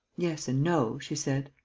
yes and no, she said.